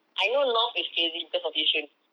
I know north is crazy because of yishun